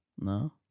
No